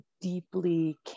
deeply